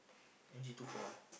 M_G two four eh